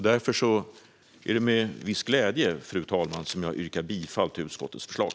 Därför är det med viss glädje, fru talman, som jag yrkar bifall till utskottets förslag.